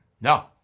No